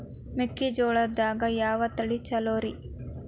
ಮೆಕ್ಕಿಜೋಳದಾಗ ಯಾವ ತಳಿ ಛಲೋರಿ?